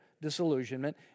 disillusionment